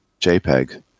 JPEG